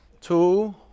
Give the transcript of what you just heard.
Two